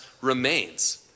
remains